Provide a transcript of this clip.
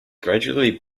gradually